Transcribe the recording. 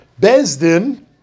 Bezdin